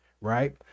right